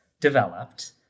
developed